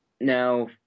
Now